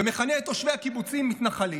ומכנה את תושבי הקיבוצים מתנחלים,